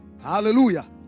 Hallelujah